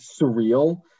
surreal